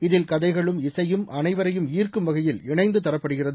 இதில் கதைகளும் இசையும் அனைவரையும் ஈாக்கும் வகையில் இணைந்து தரப்படுகிறது